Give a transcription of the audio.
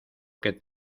que